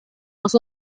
los